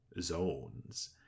zones